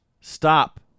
Stop